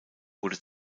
wurde